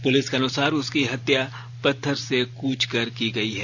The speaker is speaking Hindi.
पुलिस के अनुसार उसकी हत्या पत्थर से कूचकर की गई है